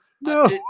No